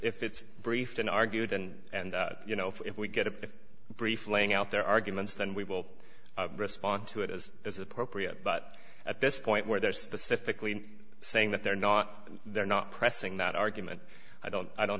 if it's briefed and argued then and you know if we get a brief laying out their arguments then we will respond to it as is appropriate but at this point where they're specifically saying that they're not they're not pressing that argument i don't i don't